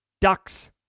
ducks